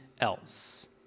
else